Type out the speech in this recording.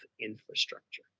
infrastructure